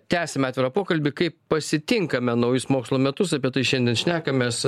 tęsiame atvirą pokalbį kaip pasitinkame naujus mokslo metus apie tai šiandien šnekamės